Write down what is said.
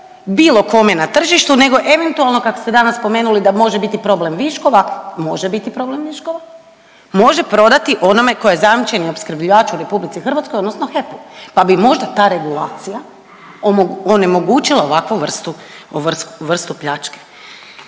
bilo kome na tržištu nego eventualno, kak ste danas spomenuli, da može biti problem viškova, može biti problem viškova, može prodati onome tko je zajamčeni opskrbljivač u RH odnosno HEP-u pa bi možda ta regulacija onemogućila ovakvu vrstu pljačke.